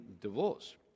divorce